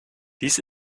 dies